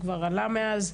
והוא כבר עלה מאז.